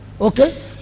Okay